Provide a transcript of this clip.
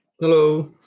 Hello